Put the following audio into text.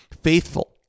faithful